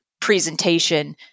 presentation